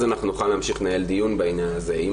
אז אנחנו נוכל להמשיך לנהל דיון בעניין הזה.